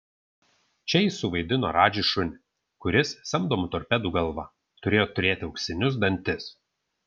čia jis suvaidino radži šunį kuris samdomų torpedų galva turėjo turėti auksinius dantis